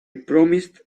promised